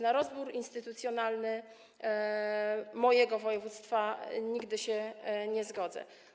Na rozbiór instytucjonalny mojego województwa nigdy się nie zgodzę.